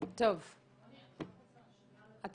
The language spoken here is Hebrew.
אני רוצה לחזק את